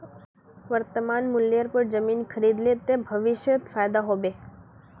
वर्तमान मूल्येर पर जमीन खरीद ले ते भविष्यत फायदा हो बे